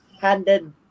handed